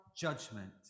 judgment